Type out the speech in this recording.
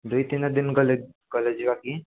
ଦୁଇ ତିନିଦିନ ଗଲେ ଗଲେ ଯିବାକି